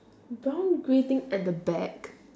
brown grey thing at the back